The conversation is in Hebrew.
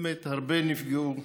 באמת, הרבה נפגעו.